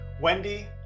Wendy